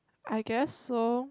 I guess so